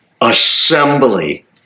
assembly